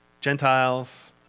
Gentiles